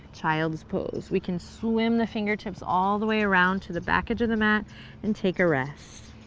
child's pose. we can swim the fingertips all the way around to the back edge of the mat and take a rest.